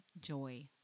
joy